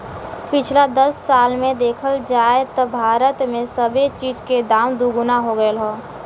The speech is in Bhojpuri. पिछला दस साल मे देखल जाए त भारत मे सबे चीज के दाम दुगना हो गएल हौ